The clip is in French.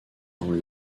dans